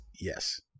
Yes